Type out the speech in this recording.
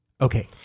Okay